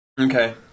Okay